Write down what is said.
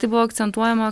tai buvo akcentuojama